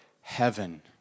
heaven